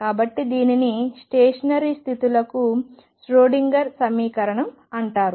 కాబట్టి దీనిని స్టేషనరీ స్థితులకు ష్రోడింగర్ సమీకరణం అంటారు